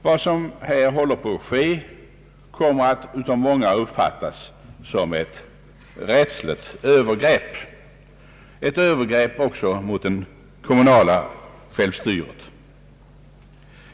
Vad som håller på att ske kommer av många att uppfattas som ett rättsligt övergrepp, ett övergrepp också mot den kommunala självstyrelsen.